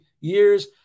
years